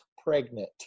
pregnant